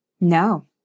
No